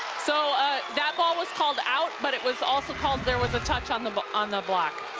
so that ball was called out, but it was also called there was a touch on the but on the block,